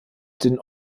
den